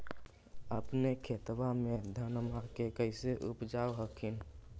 अपने खेतबा मे धन्मा के कैसे उपजाब हखिन?